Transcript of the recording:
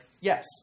yes